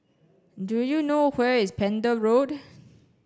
do you know where is Pender Road